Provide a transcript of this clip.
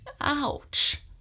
Ouch